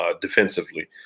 defensively